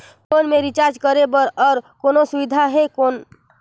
Phone मे recharge करे बर और कोनो सुविधा है कौन?